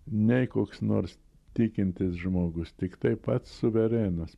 nei koks nors tikintis žmogus tiktai pats suverenas